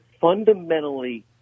fundamentally